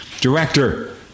director